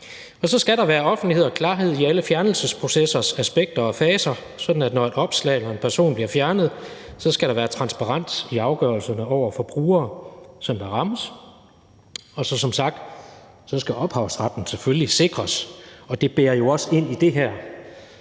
Så skal der være offentlighed og klarhed i alle fjernelsesprocessers aspekter og faser, sådan at når et opslag og en person bliver fjernet, skal der være transparens i afgørelserne over for de brugere, der rammes. Og som sagt skal ophavsretten selvfølgelig sikres. Det leder jo også ind i det her,